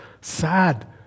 Sad